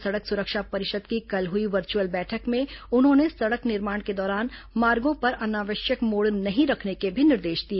राज्य सड़क सुरक्षा परिषद की कल हुई वर्चुअल बैठक में उन्होंने सड़क निर्माण के दौरान मार्गो पर अनावश्यक मोड़ नहीं रखने के भी निर्देश दिए